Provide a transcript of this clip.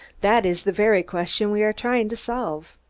that is the very question we are trying to solve.